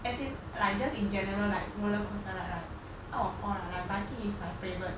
as in like just in general like roller coaster ride right out of all right viking is my favourite